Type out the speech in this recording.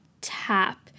tap